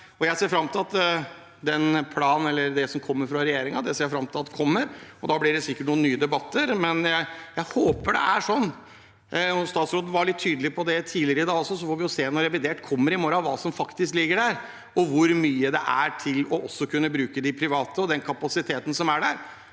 jeg ser fram til det som kommer fra regjeringen. Da blir det sikkert noen nye debatter, men jeg håper det er sånn, og statsråden var tydelig på det tidligere i dag. Så får vi jo se når revidert kommer i morgen, hva som faktisk ligger der, og hvor mye det er til også å kunne bruke de private og den kapasiteten som er der.